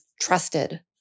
trusted